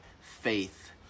faith